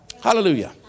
Hallelujah